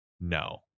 no